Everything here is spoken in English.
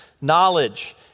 knowledge